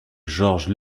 georges